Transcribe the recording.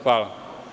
Hvala.